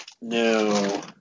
No